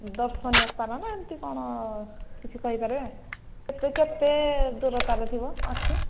ଦର୍ଶନୀୟ ସ୍ଥାନ ନା ଏମିତି କ'ଣ କିଛି କହିପାରିବେ କେତେ କେତେ ଦୂରତାରେ ଥିବ ଅଛି